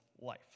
life